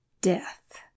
death